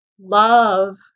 love